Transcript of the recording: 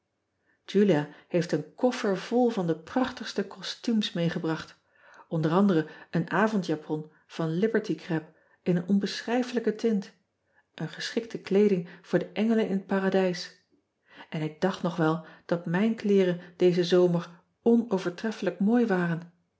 ulia heeft een koffer vol van de prachtigste costumes ean ebster adertje angbeen meegebracht o a een avondjapon van iberty crêpe in een onbeschrijfelijke tint een geschikte kleeding voor de engelen in het aradijs n ik dacht nog wel dat mijn kleeren dezen zomer onovertreffelijk mooi waren